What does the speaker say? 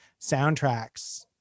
soundtracks